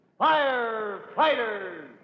Firefighters